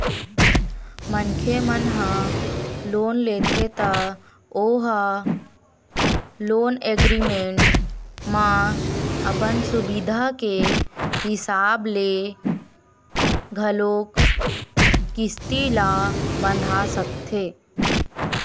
मनखे ह लोन लेथे त ओ ह लोन एग्रीमेंट म अपन सुबिधा के हिसाब ले घलोक किस्ती ल बंधा सकथे